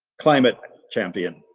climate champion